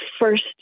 first